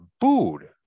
booed